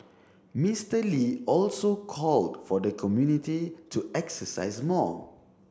Mister Lee also called for the community to exercise more